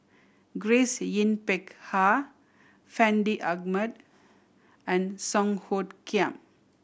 Grace Yin Peck Ha Fandi Ahmad and Song Hoot Kiam